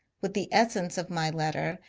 with the essence of my letter,